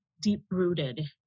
deep-rooted